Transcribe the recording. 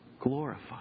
glorified